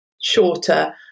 shorter